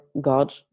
god